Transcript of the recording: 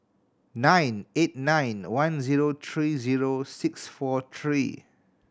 nine eight nine one zero three zero six four three